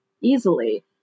easily